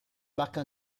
marque